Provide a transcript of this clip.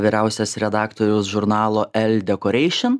vyriausias redaktorius žurnalo el dekoreišion